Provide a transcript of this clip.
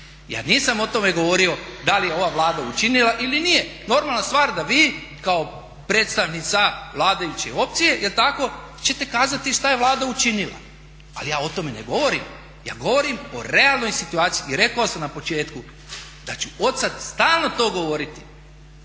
Ja nisam o tome govorio da li je ova Vlada učinila ili nije. Normalna stvar da vi kao predstavnica vladajuće opcije jel' tako ćete kazati što je Vlada učinila, ali ja o tome ne govorim, ja govorim o realnoj situaciji. I rekao sam na početku da ću odsad stalno to govoriti